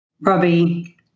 Robbie